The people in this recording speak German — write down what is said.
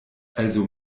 also